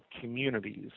communities